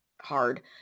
hard